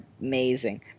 amazing